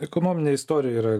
ekonominė istorija yra